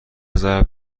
ضرب